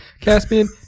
Caspian